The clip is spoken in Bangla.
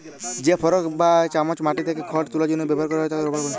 যে ফরক বা চামচ মাটি থ্যাকে খড় তুলার জ্যনহে ব্যাভার ক্যরা হয়